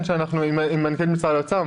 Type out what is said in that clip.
האוצר,